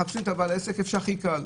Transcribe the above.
מחפשים את בעל העסק, איפה שהכי קל.